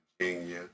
Virginia